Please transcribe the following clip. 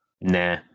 Nah